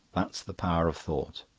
that's the power of thought.